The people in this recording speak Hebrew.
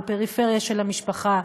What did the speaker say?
בפריפריה של המשפחה,